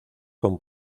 con